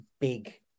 big